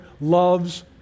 love's